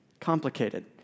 complicated